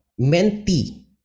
mentee